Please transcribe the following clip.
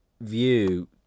view